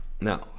Now